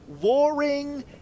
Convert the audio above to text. warring